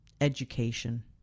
education